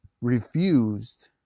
refused